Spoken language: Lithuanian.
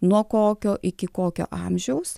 nuo kokio iki kokio amžiaus